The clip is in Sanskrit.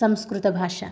संस्कृतभाषा